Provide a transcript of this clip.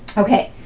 okay,